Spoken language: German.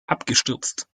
abgestürzt